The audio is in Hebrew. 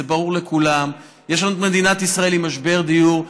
זה ברור לכולם: יש לנו מדינת ישראל עם משבר דיור,